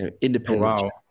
Independent